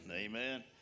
Amen